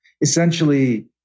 essentially